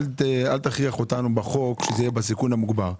אל תכריח אותנו בחוק שזה יהיה בסיכון המוגבר.